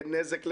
נזק לרכוש,